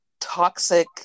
toxic